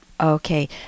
Okay